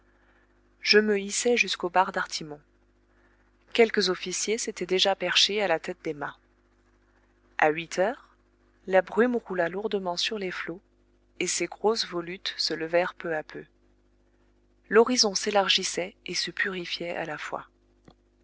je me hissai jusqu'aux barres d'artimon quelques officiers s'étaient déjà perchés à la tête des mâts a huit heures la brume roula lourdement sur les flots et ses grosses volutes se levèrent peu à peu l'horizon s'élargissait et se purifiait à la fois